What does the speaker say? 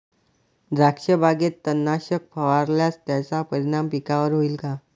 द्राक्षबागेत तणनाशक फवारल्यास त्याचा परिणाम पिकावर होईल का?